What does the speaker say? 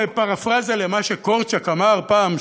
בפרפרזה למה שקורצ'אק אמר פעם,